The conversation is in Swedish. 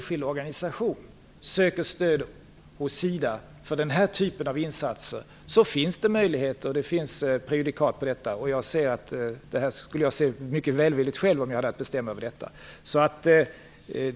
SIDA för den här typen av insatser, finns det möjligheter och prejudikat för detta. På detta skulle jag själv se mycket välvilligt, om jag hade haft att bestämma över det.